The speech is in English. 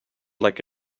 like